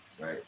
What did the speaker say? right